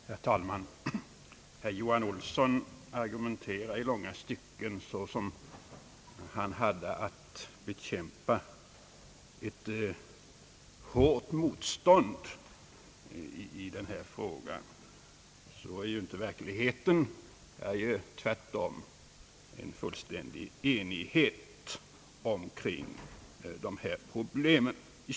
Herr talman! Herr Johan Olsson argumenterar i långa stycken som om han hade att bekämpa ett hårt motstånd i den här frågan, I verkligheten råder det tvärtom i stort sett fullständig enighet kring dessa problem.